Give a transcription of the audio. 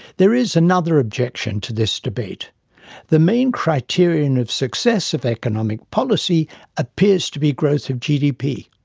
there is another objection to this debate the main criterion of success of economic policy appears to be growth of gdp.